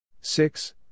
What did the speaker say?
six